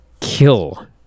kill